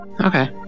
Okay